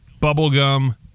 bubblegum